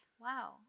wow